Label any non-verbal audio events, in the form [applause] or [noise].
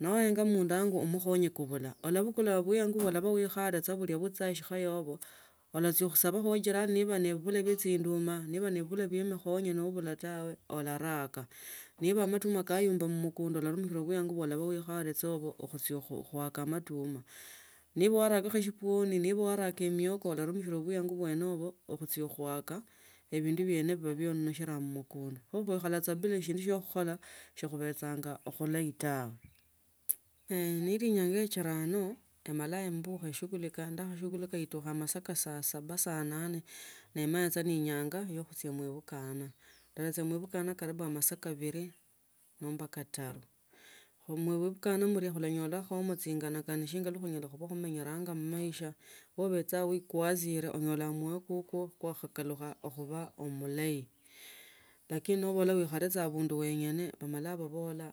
neonga mudangu umukhonyr khubula ulabukula buiyangu ulaba uidhale bula bachia shikaya bula ulacha khusabacho khu jiranj nelabaa ni bibula bya chindumba nera bii ni bibula bya mukhonya nobula tawe olaraka niba amatuma kayomba mumukundu oki nimuhila buiyangu olabaki aikhali cho abo khuchia khuaka amatuma niba warakakho shipwonj niba waraka mioko ularumishila buiyangu bwene, abo khuchia khuaka abindu biene bula ba murumishula mumukundo kho khuikala sa bila ahindushia khakhola khobechanga khulayi tawe [hesitation] ni inanga ye chirano ino imala imbukha ishughulika ndukashughulika amasaa kaa saa saba saa nane nomanya saa ne inyanga ya khuchia muibakana ndachhia khulibukana ii karibu masaa kabili nomba katanu khu mubakano mula khulanydamo chingani kani shingana khunyalsi khuba khumenyaramo khumaisha kha obe uikwezikole olola kamuoya kuko kwa khakalukha khuba umalayi lakini nobola ulikhale abundu wenyone bamala babola.